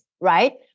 right